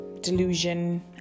delusion